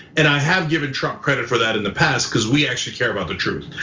and i have given trump credit for that in the past because we actually care about the truth.